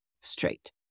straight